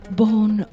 born